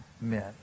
men